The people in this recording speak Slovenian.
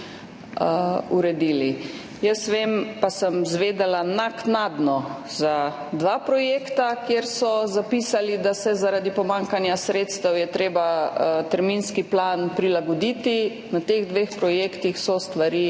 uredili. Jaz vem, pa sem izvedela naknadno za dva projekta, kjer so zapisali, da je treba zaradi pomanjkanja sredstev terminski plan prilagoditi. Na teh dveh projektih so stvari